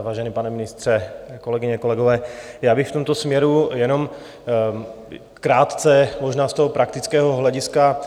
Vážený pane ministře, kolegyně, kolegové, já bych v tomto směru jenom krátce možná z praktického hlediska.